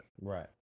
Right